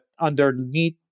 underneath